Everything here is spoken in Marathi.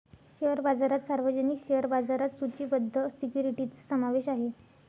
शेअर बाजारात सार्वजनिक शेअर बाजारात सूचीबद्ध सिक्युरिटीजचा समावेश आहे